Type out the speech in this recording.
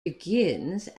begins